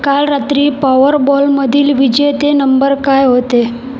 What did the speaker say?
काल रात्री पॉवरबॉलमधील विजेते नंबर काय होते